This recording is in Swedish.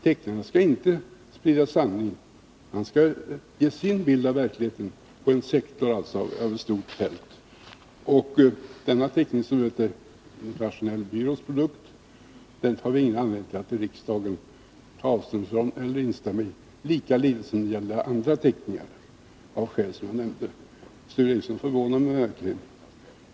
Teckningar skall inte sprida sanningen. De skall ge sin bild av verkligheten, inom en sektor av det stora fältet. Och när det gäller denna teckning, som är en internationell byrås produkt, har vi ingen anledning att i riksdagen ta avstånd eller instämma, lika litet som när det gäller andra teckningar, av skäl som jag nämnde. Sture Ericson förvånar mig verkligen.